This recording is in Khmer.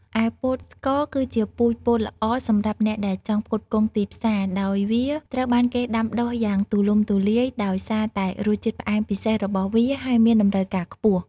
ឯពោតស្ករ គឺជាពូជពោតល្អសម្រាប់អ្នកដែលចង់ផ្គត់ផ្គង់ទីផ្សារ ដោយវាត្រូវបានគេដាំដុះយ៉ាងទូលំទូលាយដោយសារតែរសជាតិផ្អែមពិសេសរបស់វា ហើយមានតម្រូវការខ្ពស់។